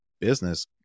business